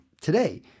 today